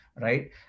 right